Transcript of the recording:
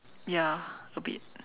ya a bit